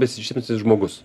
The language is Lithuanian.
besišypsantis žmogus